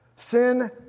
Sin